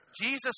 Jesus